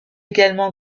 également